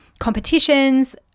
competitions